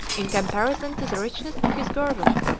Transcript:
in comparison to the richness of his girdle,